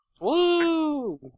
Woo